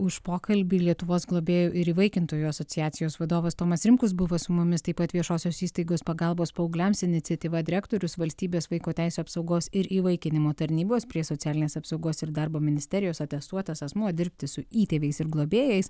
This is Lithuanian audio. už pokalbį lietuvos globėjų ir įvaikintojų asociacijos vadovas tomas rimkus buvo su mumis taip pat viešosios įstaigos pagalbos paaugliams iniciatyva direktorius valstybės vaiko teisių apsaugos ir įvaikinimo tarnybos prie socialinės apsaugos ir darbo ministerijos atestuotas asmuo dirbti su įtėviais ir globėjais